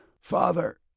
Father